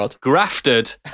grafted